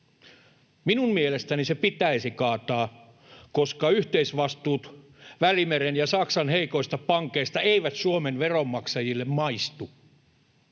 Minun mielestäni se pitäisi kaataa, koska yhteisvastuut Välimeren ja Saksan heikoista pankeista eivät Suomen veronmaksajille maistu.